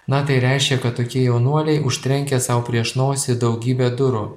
na tai reiškia kad tokie jaunuoliai užtrenkia sau prieš nosį daugybę durų